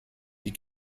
die